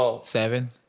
seven